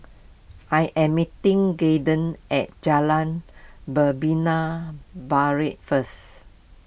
I am meeting gay den at Jalan Membina Barat first